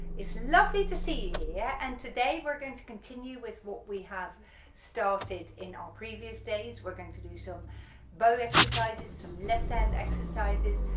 it's lovely to see you here yeah and today we're going to continue with what we have started in our previous days we're going to do some bow exercises, some left hand exercises,